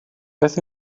beth